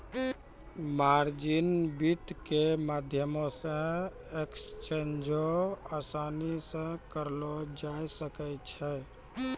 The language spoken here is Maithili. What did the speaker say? मार्जिन वित्त के माध्यमो से एक्सचेंजो असानी से करलो जाय सकै छै